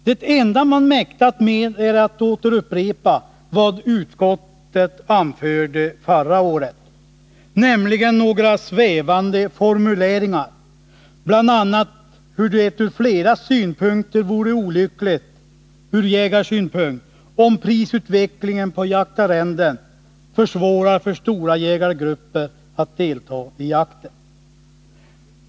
Det enda man mäktat med är att återupprepa vad utskottet anförde förra året, nämligen några svävande formuleringar, bl.a. om hur det på flera sätt vore olyckligt ur jägarsynpunkt om prisutvecklingen på jaktarrenden försvårar för stora jägargrupper att delta i jakten.